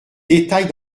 détails